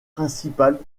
principale